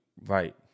right